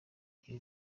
ibi